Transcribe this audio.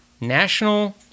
National